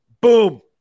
boom